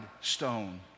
stone